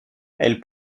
elle